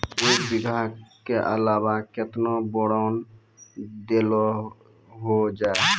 एक बीघा के अलावा केतना बोरान देलो हो जाए?